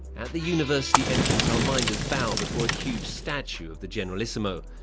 at the university entrance our minders bow before a huge statue of the generalissimo.